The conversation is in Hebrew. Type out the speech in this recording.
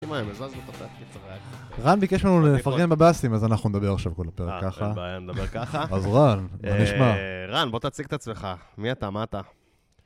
רן ביקש לנו לפרגן בבסים אז אנחנו נדבר עכשיו כל הפרק ככה אה אין בעיה נדבר ככה אז רן מה נשמע? רן בוא תציג את עצמך מי אתה מה אתה?